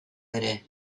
ere